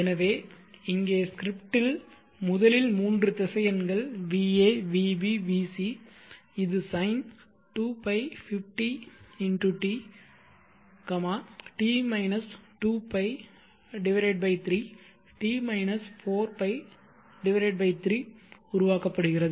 எனவே இங்கே ஸ்கிரிப்ட்டில் முதலில் மூன்று திசையன்கள் va vb vc இது sin2π50 × t t 2π 3 t 4π 3 உருவாக்கபடுகிறது